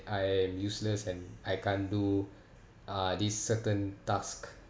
I am useless and I can't do uh this certain task